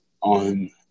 on